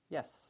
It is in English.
Yes